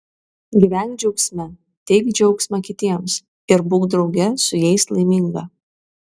gyvenk džiaugsme teik džiaugsmą kitiems ir būk drauge su jais laiminga